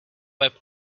web